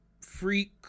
freak